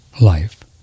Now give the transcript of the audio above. life